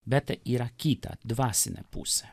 bet yra kitą dvasinę pusę